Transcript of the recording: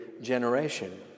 generation